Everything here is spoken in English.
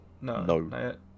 no